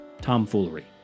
tomfoolery